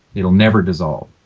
it will never dissolve.